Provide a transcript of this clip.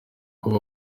kuba